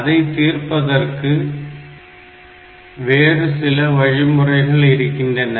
அதை தீர்ப்பதற்கு வேறுசில வழிமுறைகள் இருக்கின்றன